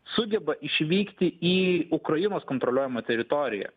sugeba išvykti į ukrainos kontroliuojamą teritoriją